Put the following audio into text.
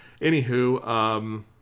anywho